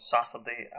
Saturday